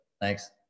Thanks